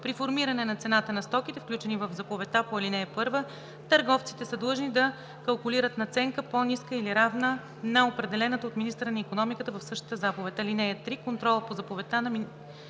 При формиране на цената на стоките, включени в заповедта по ал. 1, търговците са длъжни да калкулират надценка, по-ниска или равна на определената от министъра на икономиката в същата заповед.